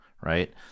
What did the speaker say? right